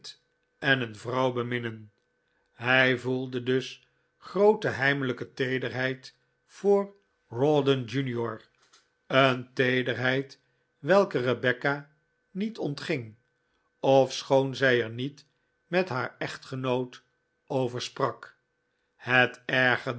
en een vrouw beminnen hij voelde dus groote heimelijke teederheid voor rawdon jr een teederheid welke rebecca niet ontging ofschoon zij er niet met haar echtgenoot over sprak het